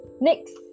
next